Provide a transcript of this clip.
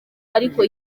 ariko